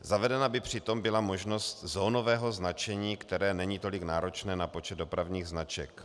Zavedena by přitom byla možnost zónového značení, které není tolik náročné na počet dopravních značek.